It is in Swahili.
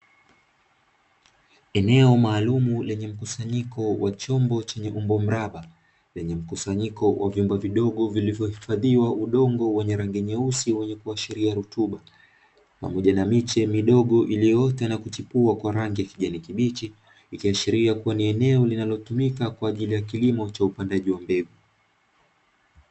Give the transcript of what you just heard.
Eneo maalumu lenye mkusanyiko wa chombo chenye umbo mraba, lenye mkusanyiko wa vyumba vidogo vilivyohifadhiwa udongo wenye rangi nyeusi wenye kuashiria rutuba pamoja na miche midogo iliyoota na kuchipua kwa rangi ya kijani kibichi ikiashiria kuwa ni eneo linalotumika kwa ajili ya kilimo cha upandaji wa mbegu.